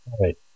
right